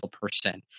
person